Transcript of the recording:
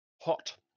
Hot